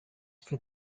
for